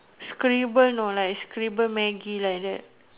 scribble know like scribble maggi like that